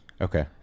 Okay